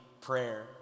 prayer